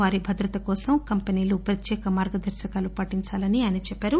వారి భద్రత కోసం కంపెనీలు ప్రత్యేక మార్గదర్శకాలు పాటించాలని ఆయన చెప్పారు